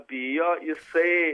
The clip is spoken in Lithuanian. bijo jisai